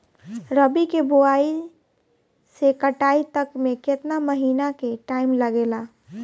रबी के बोआइ से कटाई तक मे केतना महिना के टाइम लागेला?